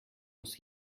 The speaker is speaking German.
muss